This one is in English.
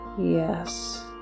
Yes